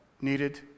needed